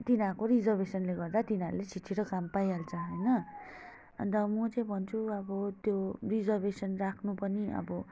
तिनीहरूको रिजर्भेसनले गर्दा तिनीहरूले छिट्छिट्टो काम पाइहाल्छ होइन अन्त म चाहिँ भन्छु अब त्यो रिजर्भेसन राख्नु पनि अब